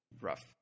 rough